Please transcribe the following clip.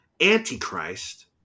antichrist